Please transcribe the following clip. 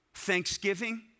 thanksgiving